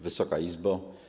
Wysoka Izbo!